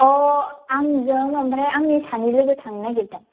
आंजों ओमफ्राय आंनि सानै लोगो थांनो नागिरदों